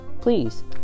please